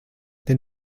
denn